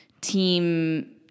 team